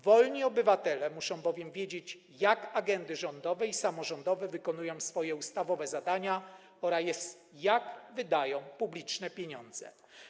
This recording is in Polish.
Wolni obywatele muszą bowiem wiedzieć, jak agendy rządowe i samorządowe wykonują swoje ustawowe zadania oraz jak wydają publiczne pieniądze.